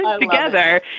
together